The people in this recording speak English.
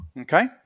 Okay